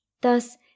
Thus